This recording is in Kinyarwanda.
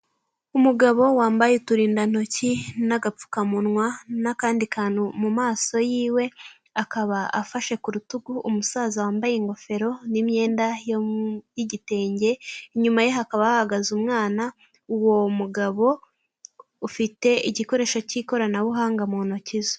Umugabo wambaye uturindantoki n'agapfukamunwa n'akandi kantu mu maso yiwe, akaba afashe ku rutugu umusaza wambaye ingofero n'imyenda y'igitenge, inyuma ye hakaba hahagaze umwana, uwo mugabo afite igikoresho cy'ikoranabuhanga mu ntoki ze.